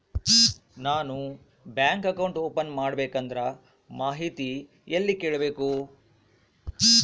ನಾನು bank account open ಮಾಡಬೇಕಂದ್ರ ಮಾಹಿತಿ ಎಲ್ಲಿ ಕೇಳಬೇಕು?